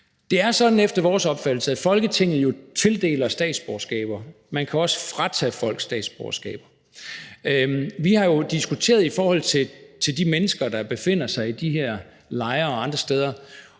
Det er efter vores opfattelse sådan, at Folketinget jo tildeler statsborgerskaber, men man kan også fratage folk deres statsborgerskab. Vi har jo diskuteret i forhold til de mennesker, der befinder sig i de her lejre og andre steder,